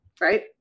Right